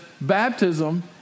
baptism